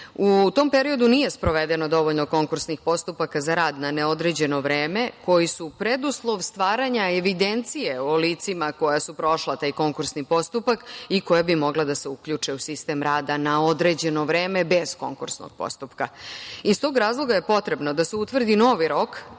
U tom periodu nije sprovedeno dovoljno konkursnih postupak za rad na neodređeno vreme koji su preduslov stvaranja evidencije o licima koja su prošla taj konkursni postupak i koja bi mogla da se uključe u sistem rada na određeno vreme bez konkursnog postupka. Iz tog razloga je potrebno da se utvrdi novi rok,